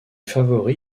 favoris